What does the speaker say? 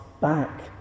back